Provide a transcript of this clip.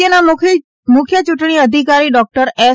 રાજ્યના મુખ્ય યૂંટણી અધિકારી ડોક્ટર એસ